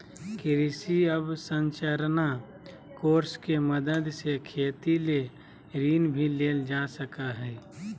कृषि अवसरंचना कोष के मदद से खेती ले ऋण भी लेल जा सकय हय